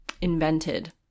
invented